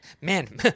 Man